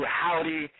howdy